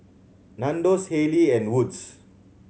Nandos Haylee and Wood's